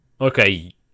okay